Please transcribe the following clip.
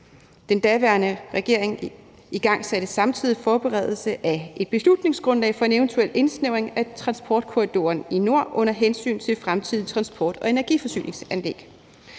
Den daværende regering igangsatte samtidig en forberedelse af et beslutningsgrundlag for en eventuel indsnævring af transportkorridoren i nord under hensyntagen til fremtidige transport- og energiforsyningsanlæg.